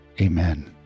Amen